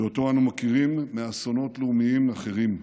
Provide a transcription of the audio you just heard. שאותו אנו מכירים מאסונות לאומיים אחרים.